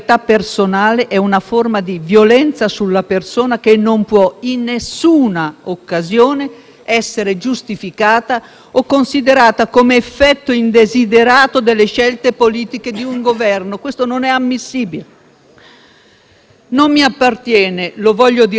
essere giustificata o considerata come effetto indesiderato delle scelte politiche di un Governo. Questo non è ammissibile. Desidero dire subito che non mi appartiene la posizione politica che identifica il ministro Salvini, o qualunque altro